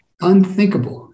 unthinkable